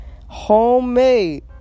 homemade